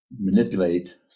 manipulate